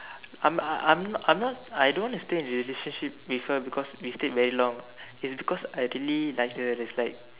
I'm I'm I'm not I don't want to stay in a relationship with her because we stead very long it's because I really like her it's like